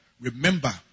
remember